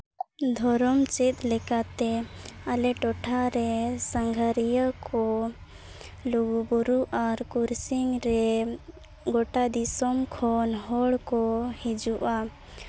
ᱫᱷᱚᱨᱚᱢ ᱪᱮᱫ ᱞᱮᱠᱟᱛᱮ ᱟᱞᱮ ᱴᱚᱴᱷᱟᱨᱮ ᱥᱟᱸᱜᱷᱟᱹᱨᱤᱭᱟᱹ ᱠᱚ ᱞᱩᱜᱩᱼᱵᱩᱨᱩ ᱟᱨ ᱠᱨᱚᱥᱤᱝ ᱨᱮ ᱜᱳᱴᱟ ᱫᱤᱥᱚᱢ ᱠᱷᱚᱱ ᱦᱚᱲ ᱠᱚ ᱦᱤᱡᱩᱜᱼᱟ